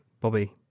Bobby